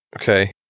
Okay